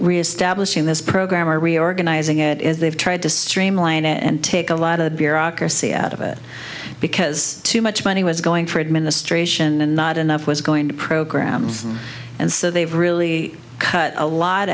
reestablishing this program are reorganizing it is they've tried to streamline it and take a lot of bureaucracy out of it because too much money was going for administration and not enough was going to programs and so they've really cut a lot